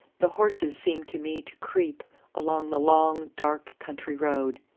the horses seemed to me to creep along the long dark country road.